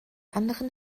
anderen